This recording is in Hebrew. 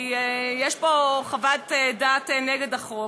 כי יש פה חוות דעת נגד החוק,